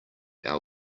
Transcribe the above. our